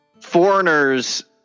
Foreigners